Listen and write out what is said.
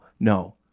No